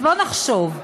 ובואו נחשוב,